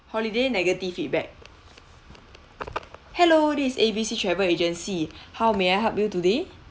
holiday negative feedback hello this is A_B_C travel agency how may I help you today